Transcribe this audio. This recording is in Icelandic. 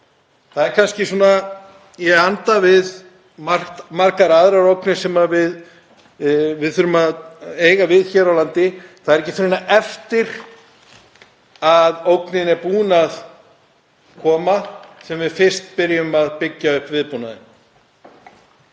Það er kannski eins og með margar aðrar ógnir sem við þurfum að eiga við hér á landi; það er ekki fyrr en eftir að ógnin er búin að koma sem við fyrst byrjum að byggja upp viðbúnaðinn.